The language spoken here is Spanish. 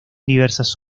diversas